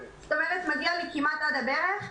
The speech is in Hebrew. כלומר מגיע לי כמעט עד הברך,